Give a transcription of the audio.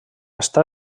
està